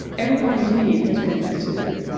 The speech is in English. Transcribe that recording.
everybody's need has been considered,